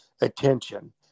attention